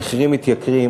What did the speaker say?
המחירים עולים,